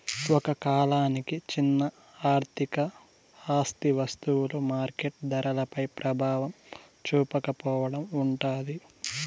ఒక కాలానికి చిన్న ఆర్థిక ఆస్తి వస్తువులు మార్కెట్ ధరపై ప్రభావం చూపకపోవడం ఉంటాది